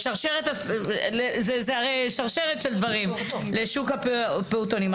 זה הרי שרשרת של דברים לשוק הפעוטונים.